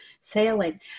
sailing